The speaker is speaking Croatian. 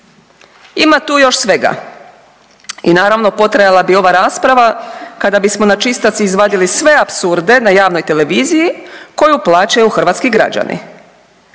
Ima tu još svega i naravno potrajala bi ova rasprava kada bismo na čistac izvadili sve apsurde na javnoj televiziji koju plaćaju hrvatski građani.